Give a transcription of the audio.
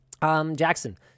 Jackson